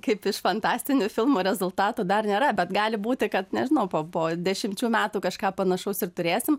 kaip iš fantastinių filmų rezultatų dar nėra bet gali būti kad nežinau po po dešimčių metų kažką panašaus ir turėsim